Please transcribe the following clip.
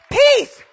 peace